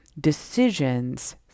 decisions